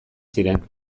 ziren